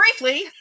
briefly